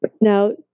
Now